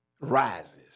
rises